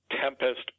Tempest